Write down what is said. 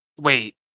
wait